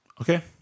Okay